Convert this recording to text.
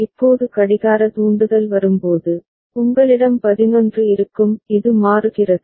இப்போது கடிகார தூண்டுதல் வரும்போது உங்களிடம் 11 இருக்கும் இது மாறுகிறது